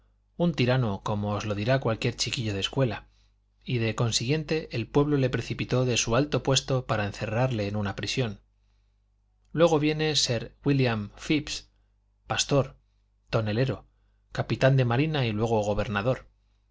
un tirano como os lo dirá cualquier chiquillo de escuela y de consiguiente el pueblo le precipitó de su alto puesto para encerrarle en una prisión luego viene sir wílliam phipps pastor tonelero capitán de marina y luego gobernador